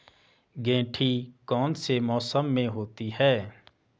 गेंठी कौन से मौसम में होती है?